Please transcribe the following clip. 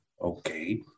Okay